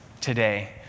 today